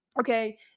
Okay